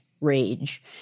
rage